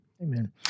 Amen